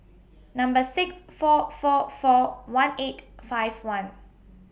Number six four four four one eight five one